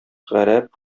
гарәп